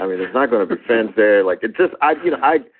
i mean, there's not going to be fans there. like it just i, you know i,